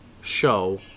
show